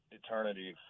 eternity